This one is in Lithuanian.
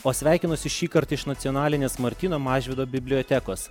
o sveikinuosi šįkart iš nacionalinės martyno mažvydo bibliotekos